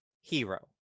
hero